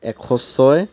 এশ ছয়